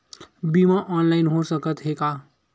बीमा ऑनलाइन हो सकत हे का?